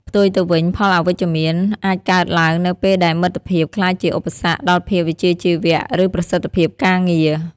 ផ្ទុយទៅវិញ ផលអវិជ្ជមាន អាចកើតឡើងនៅពេលដែលមិត្តភាពក្លាយជាឧបសគ្គដល់ភាពវិជ្ជាជីវៈ ឬប្រសិទ្ធភាពការងារ។